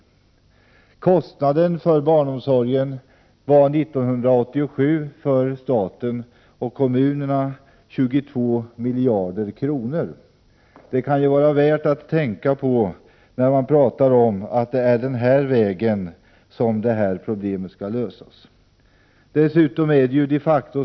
Statens och kommunernas kostnader för barnomsorg 1987 var 22 miljarder kronor. När man talar om att det är den här vägen som detta problem skall lösas kan det vara värt att tänka på detta.